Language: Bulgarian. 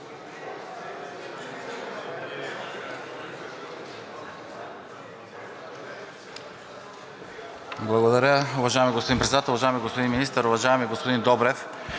Благодаря, уважаеми господин Председател. Уважаеми господин Министър! Уважаеми господин Добрев,